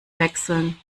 wechseln